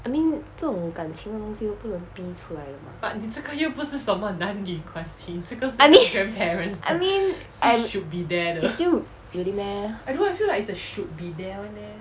I mean 这种感情的东西都不能逼出来的吗 I mean I mean I it's still really meh